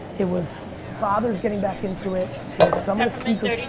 it was fathers getting back into it, it was some of the sneaker,